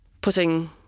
putting